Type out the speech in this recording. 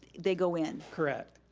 they go in. correct,